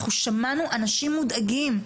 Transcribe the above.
אנחנו שמענו אנשים מודאגים,